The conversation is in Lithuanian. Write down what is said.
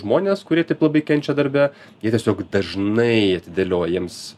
žmonės kurie taip labai kenčia darbe jie tiesiog dažnai atidėlioja jiems